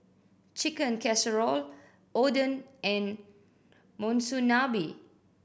Chicken Casserole Oden and Monsunabe